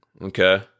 Okay